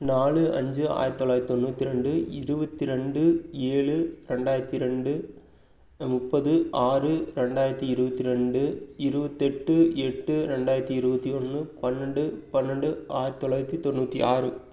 நாலு அஞ்சு ஆயிரத்தி தொள்ளாயிரத்தி தொண்ணூற்றி ரெண்டு இருபத்தி ரெண்டு ஏழு ரெண்டாயிரத்தி ரெண்டு முப்பது ஆறு ரெண்டாயிரத்தி இருபத்தி ரெண்டு இருபத்தெட்டு எட்டு ரெண்டாயிரத்தி இருபத்தி ஒன்று பன்னெண்டு பன்னெண்டு ஆயிரத்தி தொள்ளாயிரத்தி தொண்ணூற்றி ஆறு